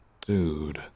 Dude